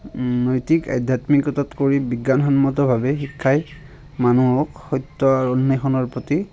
ঠিক আধ্যাত্মিকতাতকৈ বিজ্ঞানসন্মতভাৱে শিক্ষাই মানুহক সত্যৰ অন্বেষণৰ প্ৰতি